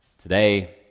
today